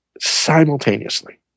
simultaneously